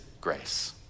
grace